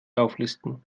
auflisten